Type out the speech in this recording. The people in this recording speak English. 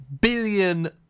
billion